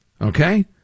okay